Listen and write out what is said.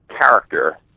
character